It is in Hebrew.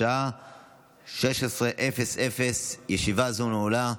בשעה 16:00. ישיבה זו נעולה.